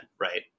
right